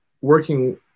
working